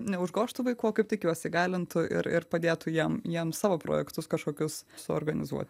neužgožtų vaikų o kaip tik juos įgalintų ir ir padėtų jiem jiem savo projektus kažkokius suorganizuoti